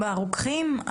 הרוקחים?